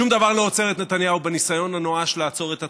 שום דבר לא עוצר את נתניהו בניסיון הנואש לעצור את הצניחה,